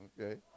Okay